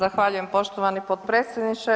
Zahvaljujem poštovani potpredsjedniče.